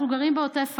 אנחנו גרים בעוטף עזה.